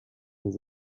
his